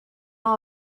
all